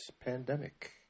pandemic